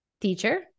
Teacher